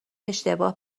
اشتباه